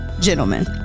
gentlemen